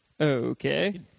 Okay